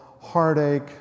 heartache